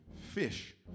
fish